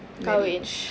marriage